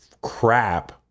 crap